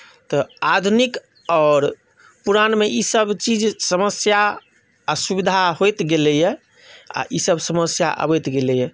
तऽ आधुनिक आओर पुरानमे ईसभ चीज समस्या आ सुविधा होइत गेलैए आ ईसभ समस्या अबैत गेलैए